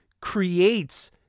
creates